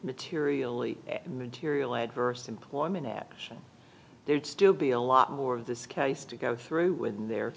materially material adverse employment action there'd still be a lot more of this case to go through when the